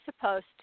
supposed